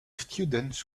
students